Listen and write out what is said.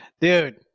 Dude